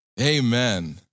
Amen